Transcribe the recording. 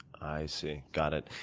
i see. got it.